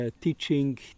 teaching